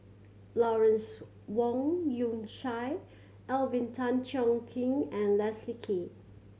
Lawrence Wong Shyun Tsai Alvin Tan Cheong Kheng and Leslie Kee